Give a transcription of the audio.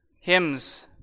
hymns